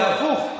זה הפוך.